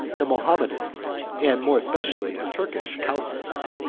the mahometan, and more especially the turkish casuists,